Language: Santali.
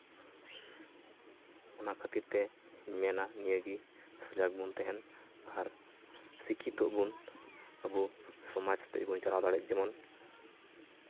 ᱚᱱᱟ ᱠᱷᱟᱹᱛᱤᱨ ᱛᱮᱧ ᱢᱮᱱᱟ ᱱᱤᱭᱟᱹ ᱜᱮ ᱥᱚᱡᱟᱜᱽ ᱵᱚᱱ ᱛᱟᱦᱮᱱ ᱟᱨ ᱥᱤᱠᱠᱷᱤᱛᱚᱜ ᱵᱚᱱ ᱟᱵᱚ ᱥᱚᱢᱟᱡ ᱥᱟᱛᱮᱜ ᱜᱮᱵᱚᱱ ᱪᱟᱞᱟᱣ ᱫᱟᱲᱮᱜ ᱡᱮᱢᱚᱱ